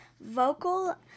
vocal